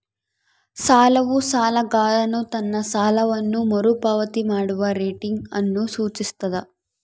ಸಾಲವು ಸಾಲಗಾರನು ತನ್ನ ಸಾಲವನ್ನು ಮರುಪಾವತಿ ಮಾಡುವ ರೇಟಿಂಗ್ ಅನ್ನು ಸೂಚಿಸ್ತದ